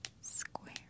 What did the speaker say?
Square